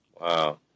Wow